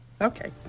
Okay